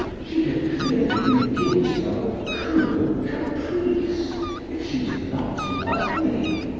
she had clearly been guilty of a cruel caprice if she did not love me.